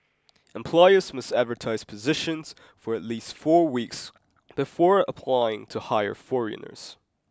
employers must advertise positions for at least four weeks before applying to hire foreigners